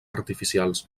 artificials